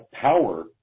power